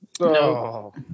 No